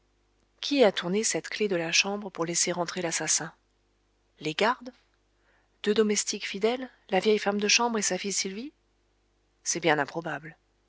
qui a tourné cette clef de la chambre pour laisser entrer l'assassin les gardes deux domestiques fidèles la vieille femme de chambre et sa fille sylvie c'est bien improbable